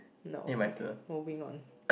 no okay moving on